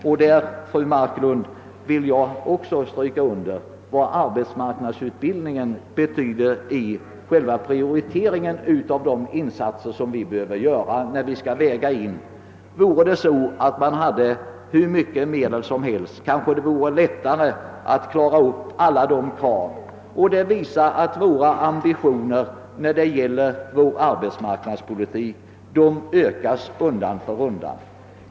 Och jag vill stryka under, fru Marklund, vad arbetsmarknadsutbildningen betyder i själva prioriteringen av de insatser som vi behöver göra. Om vi hade hur mycket pengar som helst till förfogande skulle det naturligtvis vara lättare att tillmötesgå alla de krav som ställs. Detta visar att våra ambitioner när det gäller vår arbetsmarknadspolitik ökas undan för undan.